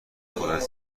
خودت